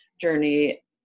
journey